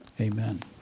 Amen